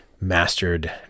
mastered –